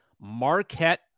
Marquette